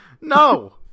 No